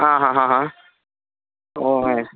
ആ ഹാ ഹാ ഹാ ഓ ആ